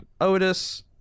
Otis